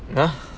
!huh!